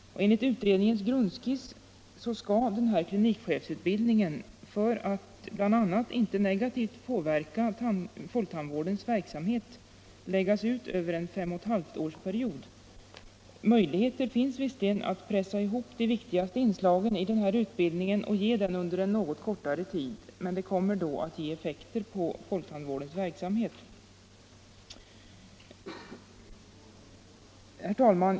Enligt utredningens grundskiss skall denna klinikchefsutbildning, för att bl.a. inte negativt påverka folktandvårdens verksamhet, läggas ut över en period på fem och ett halvt år. Möjligheter redovisas visserligen att pressa ihop de viktigaste inslagen i utbildningen och ge den under en något kortare tid, men det kommer då att få effekter på folktandvårdens verksamhet. Herr talman!